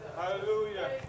Hallelujah